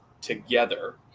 together